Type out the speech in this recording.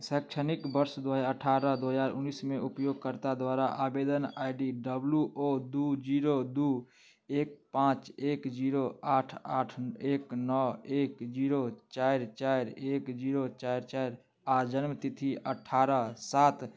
शैक्षणिक वर्ष दुइ हजार अठारह दुइ हजार उनैसमे उपयोगकर्ता द्वारा आवेदन आइ डी डब्ल्यू ओ दुइ जीरो दुइ एक पाँच एक जीरो आठ आठ एक नओ एक जीरो चारि चारि एक जीरो चारि चारि आओर जन्मतिथि अठारह सात